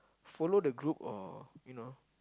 follow the group of you know